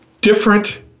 Different